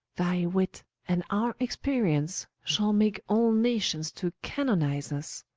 thy wit, and our experience, shall make all nations to canonize us.